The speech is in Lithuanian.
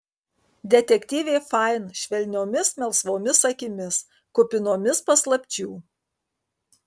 detektyvė fain švelniomis melsvomis akimis kupinomis paslapčių